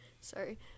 sorry